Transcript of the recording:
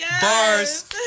Bars